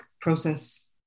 process